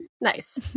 Nice